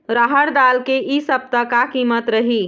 रहड़ दाल के इ सप्ता का कीमत रही?